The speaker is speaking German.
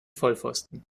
vollpfosten